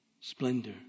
splendor